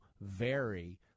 vary